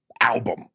album